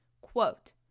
quote